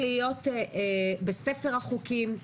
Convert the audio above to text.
שהייתה אמורה לצאת בשיתוף פעולה עם החקלאים.